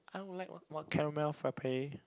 I would like one one caramel frappe